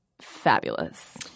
fabulous